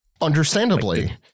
Understandably